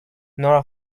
nora